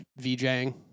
VJing